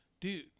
dude